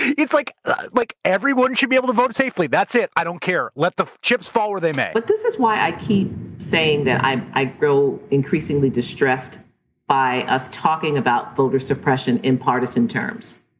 it's like ah like everyone should be able to vote safely. that's it, i don't care. let the chips fall where they may. but this is why i keep saying that i i grow increasingly distressed by us talking about voter suppression in partisan terms.